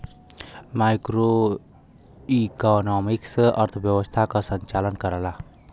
macroeconomics अर्थव्यवस्था क संचालन करला